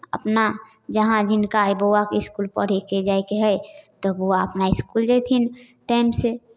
अपना जहाँ हिनका हइ बौआके इसकुल पढ़यके जाइके हइ तऽ बौआ अपना इसकुल जयथिन टाइमसँ